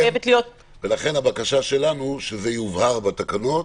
לכן הבקשה שלנו שזה יובהר בתקנות.